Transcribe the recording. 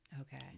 okay